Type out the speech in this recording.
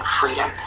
freedom